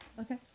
Okay